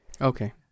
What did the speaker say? Okay